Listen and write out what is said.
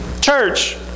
Church